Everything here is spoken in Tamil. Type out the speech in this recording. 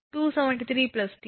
392p 273t 0